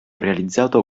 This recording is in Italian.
realizzato